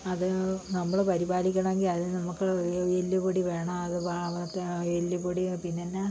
അതു നമ്മൾ പരിപാലിക്കണമെങ്കിൽ അതിനു നമുക്ക് എല്ലുപൊടി വേണം മറ്റേ എല്ലുപൊടി പിന്നെയെന്താ